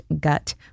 gut